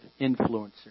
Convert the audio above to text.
influencer